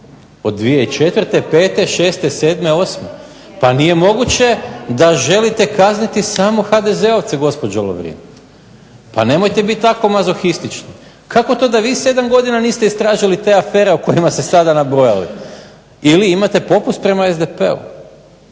šeste, sedme, osme. Pa nije moguće da želite kazniti samo HDZ-ovce gospođo Lovrin? Pa nemojte biti tako mazohistični. Kako to da vi sedam godina niste istražili te afere o kojima ste sada nabrojali. Ili imate popust prema SDP-u